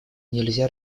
нельзя